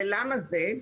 למה זה?